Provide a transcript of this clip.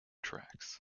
tracks